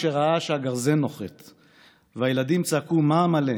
כשראה שהגרזן נוחת / והילדים צעקו 'מאמאלע!'